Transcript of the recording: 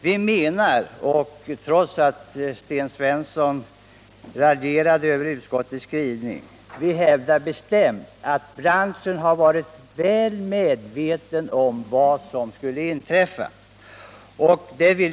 Vi hävdar bestämt — trots Sten Svenssons raljerande — att branschen har varit väl medveten om vad som ' skulle komma att inträffa.